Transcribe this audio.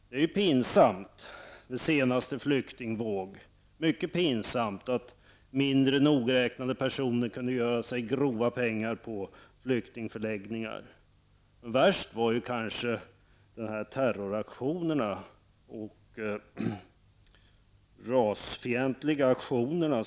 Det är mycket pinsamt att vid den senaste flyktingvågen kunde mindre nogräknade personer göra sig grova pengar på flyktingförläggningar, men värst var terrorattackerna och de rasfientliga aktionerna.